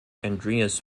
andreas